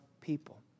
people